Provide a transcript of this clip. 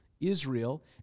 Israel